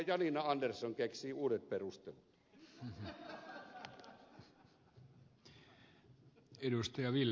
janina andersson keksii uudet perustelut